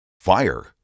Fire